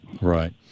Right